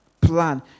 plan